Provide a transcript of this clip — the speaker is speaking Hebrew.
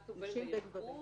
את עובדת בארגון?